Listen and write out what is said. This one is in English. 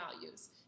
values